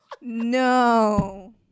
No